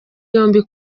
yombi